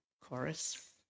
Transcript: chorus